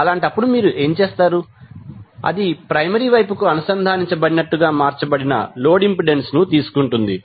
అలాంటప్పుడు మీరు ఏమి చేస్తారు అది ప్రైమరీ వైపుకు అనుసంధానించ బడినట్లుగా మార్చబడిన లోడ్ ఇంపెడెన్స్ ను తీసుకుంటుంది